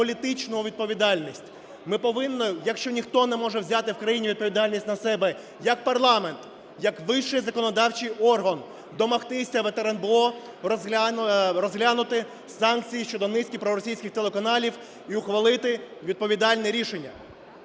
політичну відповідальність. Ми повинні, якщо ніхто не може взяти в країні відповідальність на себе, як парламент, як вищий законодавчий орган, домогтися від РНБО розглянути санкції щодо низки проросійських телеканалів і ухвалити відповідальне рішення.